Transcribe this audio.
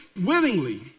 willingly